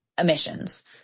emissions